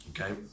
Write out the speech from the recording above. Okay